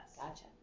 Gotcha